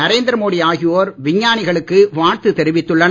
நரேந்திர மோடி ஆகியோர் விஞ்ஞானிகளுக்கு வாழ்த்து தெரிவித்துள்ளனர்